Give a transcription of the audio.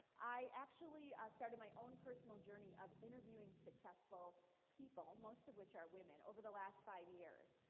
i actually started my own personal journey of interviewing successful people, most of which are women, over the last five years.